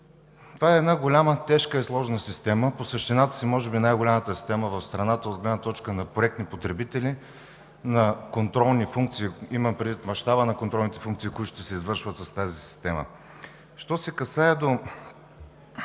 Това е една голяма, тежка и сложна система. По същината си може би е най-голямата система в страната от гледна точка на проектни потребители, на контролни функции – имам предвид мащаба на контролните функции, които ще се извършват с тази система. Що се касае до